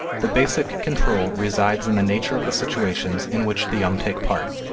the basic control resides in the nature of the situations in which the young take part.